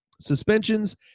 suspensions